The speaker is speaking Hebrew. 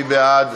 מי בעד?